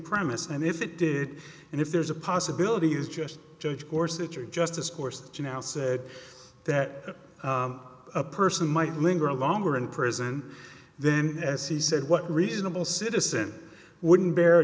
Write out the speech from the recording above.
premise and if it did and if there's a possibility is just judge gorsuch or justice course she now said that a person might linger longer in prison then as he said what reasonable citizen wouldn't be